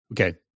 Okay